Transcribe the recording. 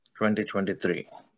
2023